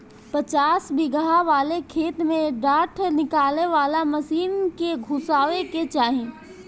पचासन बिगहा वाले खेत में डाँठ निकाले वाला मशीन के घुसावे के चाही